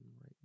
right